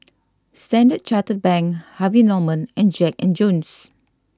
Standard Chartered Bank Harvey Norman and Jack and Jones